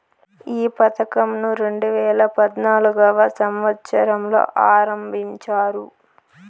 ఈ పథకంను రెండేవేల పద్నాలుగవ సంవచ్చరంలో ఆరంభించారు